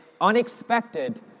unexpected